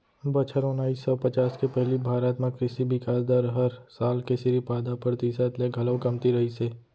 बछर ओनाइस सौ पचास के पहिली भारत म कृसि बिकास दर हर साल के सिरिफ आधा परतिसत ले घलौ कमती रहिस हे